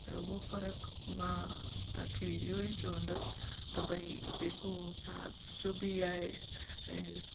ऐं उहो फर्क़ु मां तव्हांखे इहो ई चवंदुसि त भई जेको साहु जो बि आहे ऐं